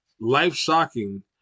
life-shocking